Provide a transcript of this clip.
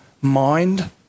mind